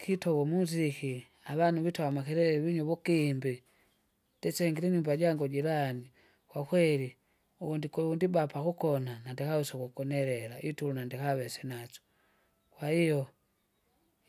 kitove umuziki avanu vita amakelele vinyu uvukimbi ndisengire inyumba jangu jilani! kwakweli uvundikuvundi ndibapa kukona nandikawesa ukukonelela itulu nandikawesa naso. Kwahiyo,